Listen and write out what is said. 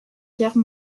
guerre